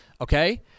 Okay